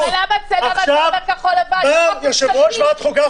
עכשיו בא יושב-ראש ועדת החוקה,